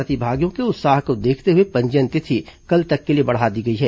प्रतिभागियों के उत्साह को देखते हुए पंजीयन तिथि कल तक के लिए बढ़ा दी गई है